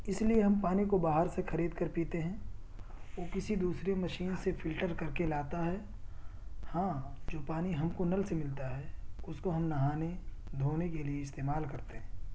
اس لیے ہم پانی کو باہر سے خرید کر پیتے ہیں وہ کسی دوسرے مشین سے فلٹر کر کے لاتا ہے ہاں جو پانی ہم کو نل سے ملتا ہے اس کو ہم نہانے دھونے کے لیے استعمال کرتے ہیں